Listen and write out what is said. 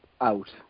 out